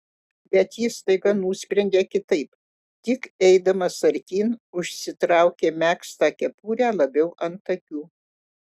bet jis staiga nusprendė kitaip tik eidamas artyn užsitraukė megztą kepurę labiau ant akių